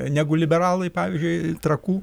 negu liberalai pavyzdžiui trakų